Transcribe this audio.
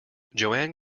joan